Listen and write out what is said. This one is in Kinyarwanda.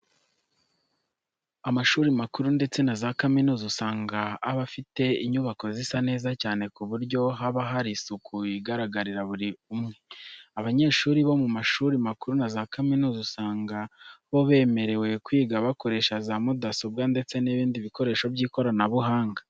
Amashuri makuru ndetse na za kaminuza usanga aba afite inyubako zisa neza cyane ku buryo haba hari isuku igaragarira buri umwe. Abanyeshuri bo mu mashuri makuru na za kaminuza usanga bo bemerewe kwiga bakoresheje za mudasobwa ndetse n'ibindi bikoresho by'ikoranabuhanga.